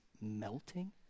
Melting